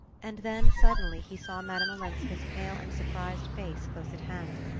and then, suddenly, he saw madame olenska's pale and surprised face close at hand,